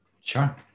Sure